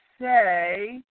say